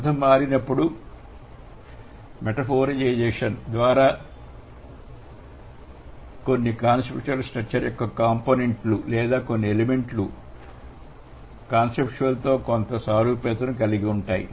అర్థం మారినప్పుడుమెటఫోరిజేషన్ పద్ధతి ద్వారా కొన్ని కాన్సెప్చువల్ స్ట్రక్చర్ యొక్క కాంపోనెంట్ లు లేదా కొన్ని ఎలిమెంట్ లు కాన్సెప్చువల్ తో కొంత సారూప్యతను కలిగి ఉంటాయి